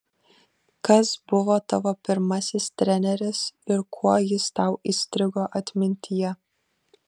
kas buvo tavo pirmasis treneris ir kuo jis tau įstrigo atmintyje